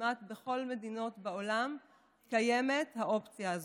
כמעט בכל המדינות בעולם קיימת האופציה הזאת.